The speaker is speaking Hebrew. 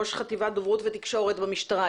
ראש חטיבת דוברות ותקשורת במשטרה.